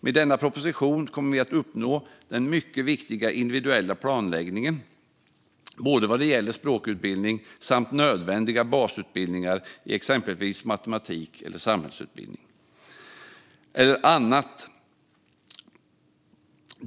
Med denna proposition kommer vi att uppnå den mycket viktiga individuella planläggningen vad gäller både språkutbildning och nödvändiga basutbildningar i exempelvis matematik, samhällskunskap eller annat.